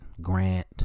Grant